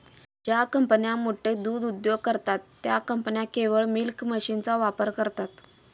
ज्या कंपन्या मोठे दूध उद्योग करतात, त्या कंपन्या केवळ मिल्किंग मशीनचा वापर करतात